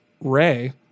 Ray